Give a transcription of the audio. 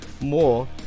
more